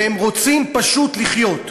והם רוצים פשוט לחיות,